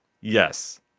Yes